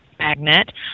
magnet